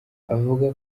avuga